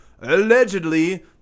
Allegedly